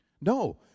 no